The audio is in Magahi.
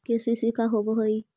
के.सी.सी का होव हइ?